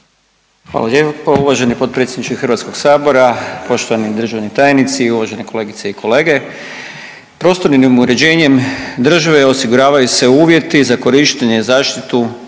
Hvala lijepo uvaženi potpredsjedniče HS-a, poštovani državni tajnici uvažene kolegice i kolege. Prostornim uređenjem države osiguravaju se uvjeti za korištenje, zaštitu,